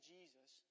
Jesus